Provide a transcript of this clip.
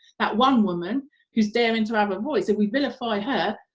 that one woman who's daring to have a voice, if we vilify her,